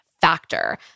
Factor